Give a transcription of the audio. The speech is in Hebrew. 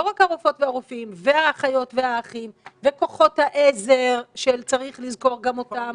לא רק הרופאות והרופאים והאחיות והאחים וכוחות העזר שצריך לזכור אותם.